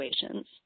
situations